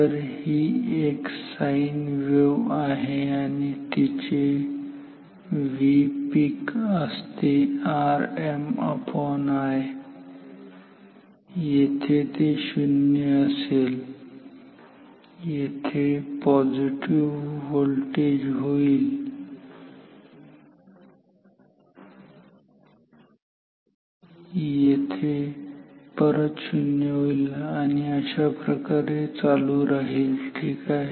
तर ही एक साईन वेव्ह आहे आणि तिचे Vpeak असते RmI येथे ते शून्य असेल येथे पॉझिटिव्ह होईल येथे परत शुन्य होईल आणि अशाप्रकारे चालू राहील ठीक आहे